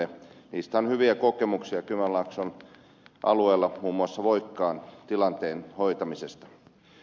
niistä on hyviä kokemuksia kymenlaakson alueella muun muassa voikkaan tilanteen hoitamisesta